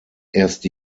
erst